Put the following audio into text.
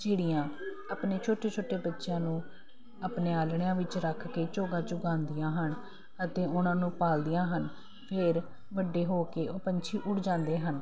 ਚਿੜੀਆਂ ਆਪਣੇ ਛੋਟੇ ਛੋਟੇ ਬੱਚਿਆਂ ਨੂੰ ਆਪਣੇ ਆਲ੍ਹਣਿਆਂ ਵਿੱਚ ਰੱਖ ਕੇ ਚੋਗਾ ਚੁਗਾਂਦੀਆਂ ਹਨ ਅਤੇ ਉਹਨਾਂ ਨੂੰ ਪਾਲਦੀਆਂ ਹਨ ਫਿਰ ਵੱਡੇ ਹੋ ਕੇ ਉਹ ਪੰਛੀ ਉੱਡ ਜਾਂਦੇ ਹਨ